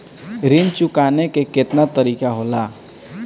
ऋण चुकाने के केतना तरीका होला?